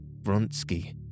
Vronsky